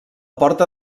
porta